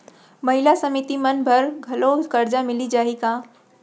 महिला समिति मन बर घलो करजा मिले जाही का?